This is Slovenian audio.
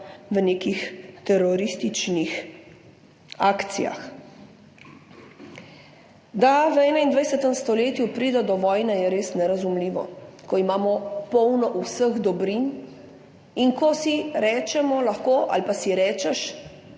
v nekih terorističnih akcijah. Da v 21. stoletju pride do vojne, je res nerazumljivo, ko imamo polno vseh dobrin, in ko si rečemo lahko ali pa si rečeš,